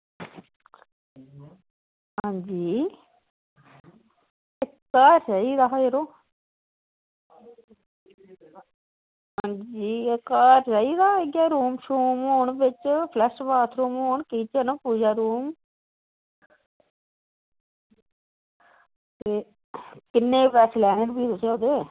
हां जी इक घर चाहिदा हा यरो इक घर चाहिदा इयै रूम छूम होन बिच्च फ्लश बाथरूम होन किचन पूजा रूम ते किन्नै पैसे लैने न फ्ही तुसें एह्दे